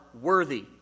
worthy